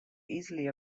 easily